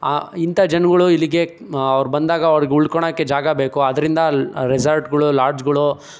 ಇಂಥ ಜನ್ಗಳು ಇಲ್ಲಿಗೆ ಅವ್ರು ಬಂದಾಗ ಅವ್ರಿಗೆ ಉಳ್ಕೋಳಕೆ ಜಾಗ ಬೇಕು ಆದ್ದರಿಂದ ಲ್ ರೆಸಾರ್ಟ್ಗಳು ಲಾಡ್ಜ್ಗಳು